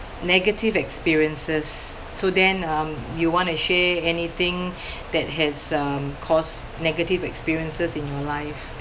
negative experiences so dan um you wanna share anything that has um caused negative experiences in your life